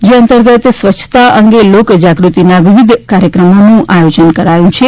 જે અંતર્ગત સ્વચ્છતા અંગે લોક જાગ્રતિના વિવિધ કાર્યક્રમોનું આયોજન કરાયું છે